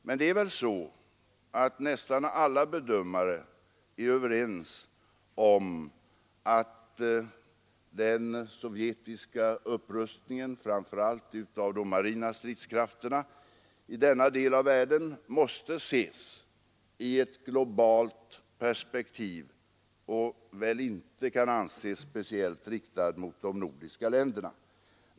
Men nästan alla bedömare är ju överens om att den sovjetiska upprustningen, framför allt av de marina stridskrafterna, i denna del av världen måste ses i ett globalt perspektiv och väl inte kan anses speciellt riktad mot de nordiska länderna.